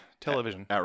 television